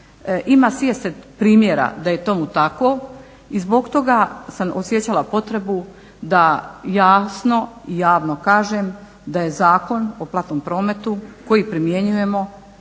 razumije./… primjera da je tomu tako i zbog toga sam osjećala potrebu da jasno i javno kažem da je Zakon o platnom prometu koji primjenjujemo,